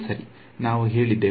ನಾವು ಹೇಳಿದ್ದೇವೆ ಒಳಗಿನ ಕ್ಷೇತ್ರ